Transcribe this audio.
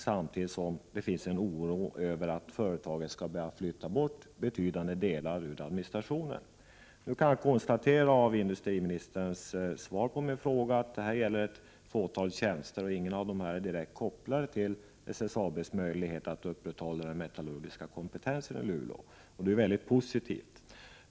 Samtidigt finns det en oro för att företaget skall börja flytta bort betydande delar ur administrationen. Av industriministerns svar på min fråga kan jag dock konstatera att detta gäller ett fåtal tjänster, och ingen av tjänsterna är direkt kopplad till SSAB:s möjlighet att upprätthålla den metallurgiska kompetensen i Luleå. Det är mycket positivt.